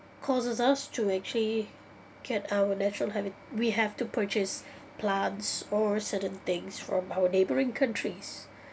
causes us to actually get our natural habi~ we have to purchase plants or certain things from our neighbouring countries